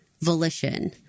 volition